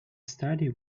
study